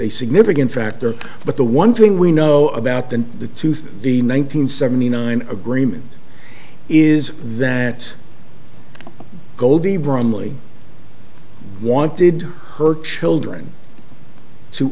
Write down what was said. a significant factor but the one thing we know about the the tooth the one nine hundred seventy nine agreement is that goldie brumley wanted her children to